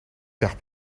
faire